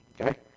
okay